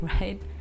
right